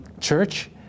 church